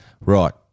Right